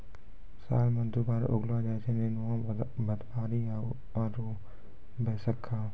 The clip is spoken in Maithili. साल मॅ दु बार उगैलो जाय छै नेनुआ, भदबारी आरो बैसक्खा